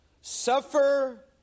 suffer